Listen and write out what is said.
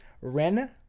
Ren